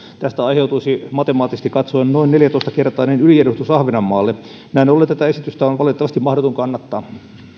tästä aiheutuisi matemaattisesti katsoen noin neljätoista kertainen yliedustus ahvenanmaalle näin ollen tätä esitystä on valitettavasti mahdotonta kannattaa